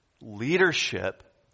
Leadership